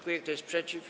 Kto jest przeciw?